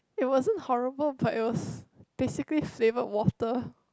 it wasn't horrible but it was basically flavoured water